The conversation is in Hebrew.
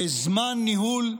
בזמן ניהול,